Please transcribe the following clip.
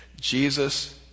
Jesus